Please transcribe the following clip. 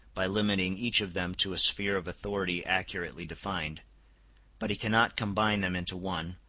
by limiting each of them to a sphere of authority accurately defined but he cannot combine them into one,